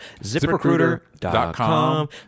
ziprecruiter.com